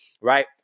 Right